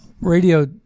radio